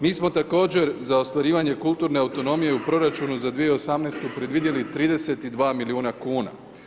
Mi smo također za ostvarivanje kulturne autonomije u proračunu za 2018. predvidjeli 32 milijuna kuna.